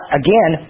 again